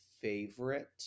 favorite